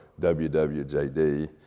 WWJD